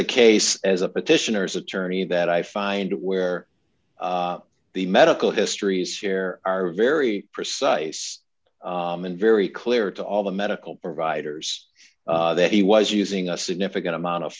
a case as a petitioners attorney that i find where the medical histories share are very precise and very clear to all the medical providers that he was using a significant amount of